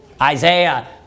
Isaiah